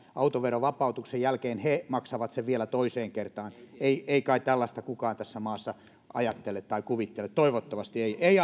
autoverovapautuksen jälkeen maksavat sen vielä toiseen kertaan ei ei kai tällaista kukaan tässä maassa ajattele tai kuvittele toivottavasti ei ei